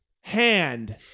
hand